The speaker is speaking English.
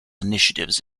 initiatives